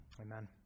Amen